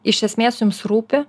iš esmės jums rūpi